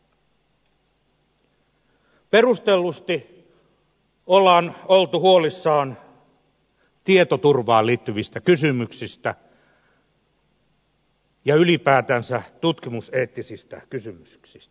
perustellusti on oltu huolissaan tietoturvaan liittyvistä kysymyksistä ja ylipäätänsä tutkimuseettisistä kysymyksistä